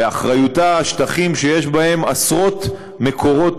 באחריותה השטחים שיש בהם עשרות מקורות